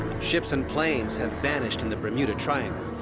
ships and planes have vanished in the bermuda triangle.